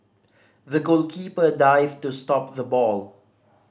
the goalkeeper dived to stop the ball